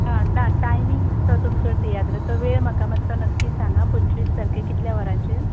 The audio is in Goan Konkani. हां ना टायमींग मात्सो तुमचो तियात्राचो वेळ म्हाका मात्सो नक्की सांगा पंचवीस तारकेक कितल्या वरांचेर